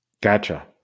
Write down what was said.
gotcha